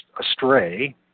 astray